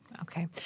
Okay